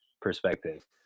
perspective